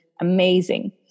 amazing